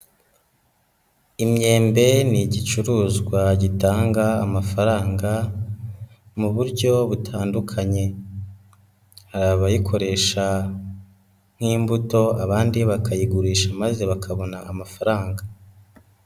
Imyembe ni igicuruzwa gitanga amafaranga mu buryo butandukanye, hari abayikoresha nk'imbuto abandi bakayigurisha maze bakabona amafaranga.